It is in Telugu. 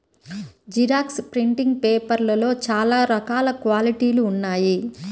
జిరాక్స్ ప్రింటింగ్ పేపర్లలో చాలా రకాల క్వాలిటీలు ఉన్నాయి